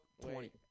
Twenty